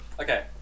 Okay